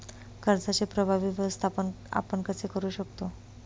कर्जाचे प्रभावी व्यवस्थापन आपण कसे करु शकतो?